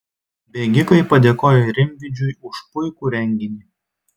bėgikai padėkojo rimvydžiui už puikų renginį